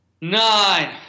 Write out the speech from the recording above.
nine